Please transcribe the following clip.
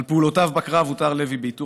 על פעולותיו בקרב עוטר לוי בעיטור